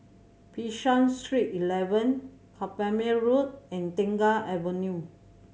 Bishan Street Eleven Carpmael Road and Tengah Avenue